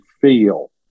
feel